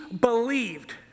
believed